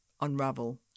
unravel